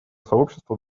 сообщество